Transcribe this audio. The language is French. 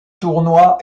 tournoi